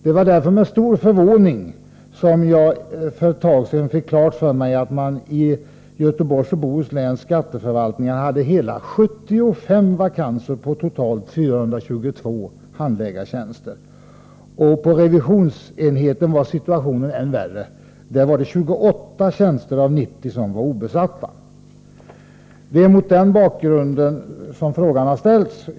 Det var därför med stor förvåring som jag för ett tag sedan fick klart för mig att man i Göteborgs och Bohus läns skatteförvaltning hade hela 75 vakanser på totalt 422 handläggartjänster. På revisionsenheten var situationen än värre. Där var 28 tjänster av 90 obesatta. Det är mot den bakgrunden som frågan har ställts.